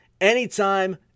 anytime